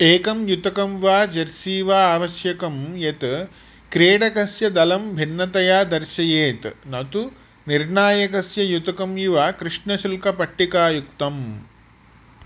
एकं युतकं वा जर्सी वा आवश्यकम् यत् क्रीडकस्य दलं भिन्नतया दर्शयेत् न तु निर्णायकस्य युतकम् इव कृष्णशुक्लपट्टिकायुक्तम्